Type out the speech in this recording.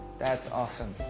that's awesome.